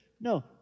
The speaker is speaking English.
No